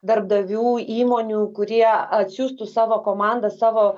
darbdavių įmonių kurie atsiųstų savo komandą savo